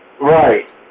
Right